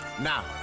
Now